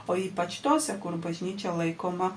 o ypač tose kur bažnyčia laikoma